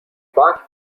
بانک